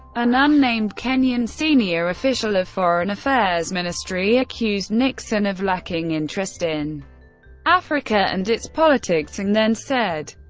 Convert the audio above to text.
an unnamed kenyan senior official of foreign affairs ministry accused nixon of lacking interest in africa and its politics and then said,